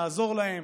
נעזור להם,